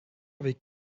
avec